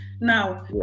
now